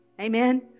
Amen